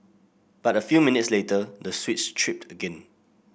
but a few minutes later the switch tripped again